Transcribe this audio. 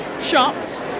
shopped